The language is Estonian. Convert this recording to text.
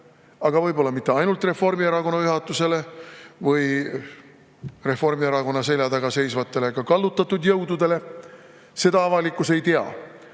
aga võib-olla mitte ainult Reformierakonna juhatusele, Reformierakonna selja taga seisvatele ka kallutatud jõududele, seda avalikkus ei tea.